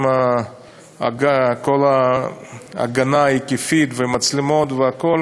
כל ההגנה ההיקפית, המצלמות והכול,